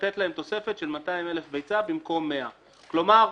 לתת להם תוספת של 200,000 ביצה במקום 100,000. כלומר,